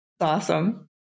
Awesome